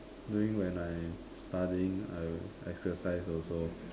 during when I studying I exercise also